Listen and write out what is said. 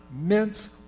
mince